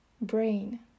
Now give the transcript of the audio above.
brain